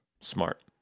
Smart